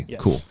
cool